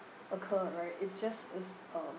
occur right it's just this um